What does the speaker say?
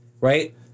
Right